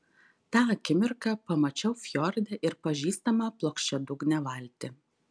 tą akimirką pamačiau fjorde ir pažįstamą plokščiadugnę valtį